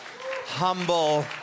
humble